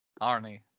Arnie